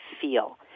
feel